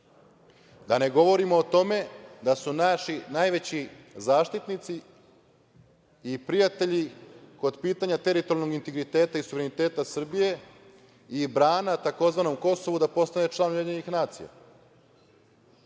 Da ne govorimo o tome da su naši najveći zaštitnici i prijatelji kod pitanja teritorijalnog integriteta i suvereniteta Srbije i brana tzv. Kosovu da postane član UN, da